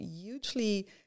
hugely